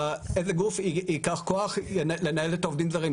לאיזה גוף ייקח כוח לנהל את העובדים הזרים,